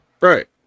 right